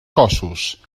cossos